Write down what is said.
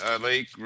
Lake